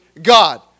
God